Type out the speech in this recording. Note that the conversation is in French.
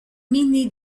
gminy